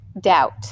doubt